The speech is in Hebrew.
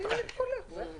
רת"א